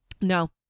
No